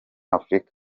afurika